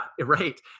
right